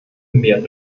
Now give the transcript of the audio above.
mehr